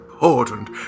important